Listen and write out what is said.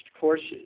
courses